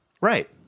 Right